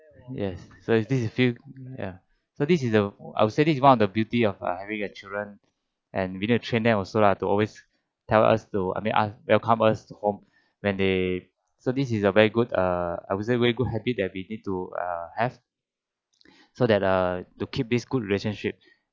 yes so is this few ya so this is the I would say this is one of the beauty of having a children and we need to train them also lah to always tell us to I mean ask welcome us to home when they so this is a very good err I would say very good habit uh where we need to have so that uh to keep this good relationship